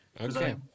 Okay